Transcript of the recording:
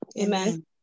amen